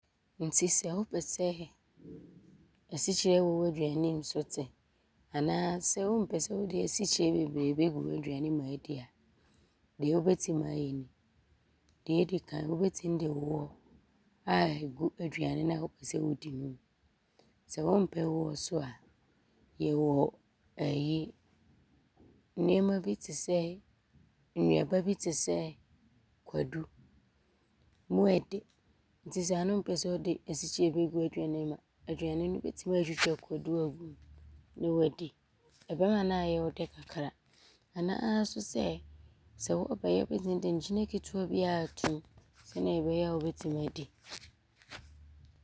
Nti sɛ wopɛ sɛ asikyire wɔ w’aduane mu so te anaasɛ wompɛ sɛ wode asikyire bebree bɛgu w’aduane mu adi a, deɛ wobɛtim ayɛ ni. Deɛ ɔdi kan wobɛtim de woɔ aagu aduane no a wopɛ sɛ wodi no sɛ wompɛ woɔ nso a yɛwɔ nnoɔma bi te sɛ, nnuaba bi te sɛ kwadu. Mu ɔɔdɛ nti saa no wompɛ sɛ wode asikyire bɛgu w’aduane mu a, aduane no wobɛtim aatwitwa kwadu aagum ne woadi. Ɔbɛma no aayɛ wo dɛ kakra anaa so sɛ, sɛ wɔɔbɛyɛ a wobɛtim de nkyene ketewaa bi aatom sɛdeɛ ɔbɛyɛ a wobɛtim adi.